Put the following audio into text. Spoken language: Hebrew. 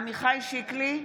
עמיחי שיקלי,